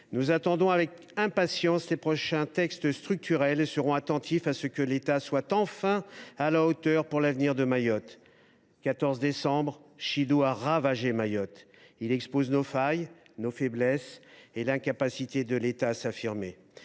Nous attendons avec impatience les prochains textes structurels et nous serons attentifs à ce que l’État soit, enfin, à la hauteur pour l’avenir de Mayotte. Le 14 décembre, Chido a ravagé Mayotte. Il a mis en lumière nos failles, nos faiblesses et l’incapacité de l’État à s’affirmer.